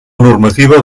normativa